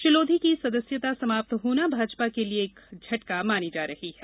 श्री लोधी की सदस्यता समाप्त होना भाजपा के लिये एक झटका मानी जा रही है